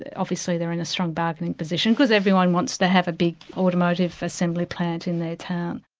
obviously they're in a strong bargaining position, because everyone wants to have a big automotive assembly plant in their town.